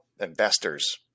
Investors